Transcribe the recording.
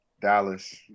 Dallas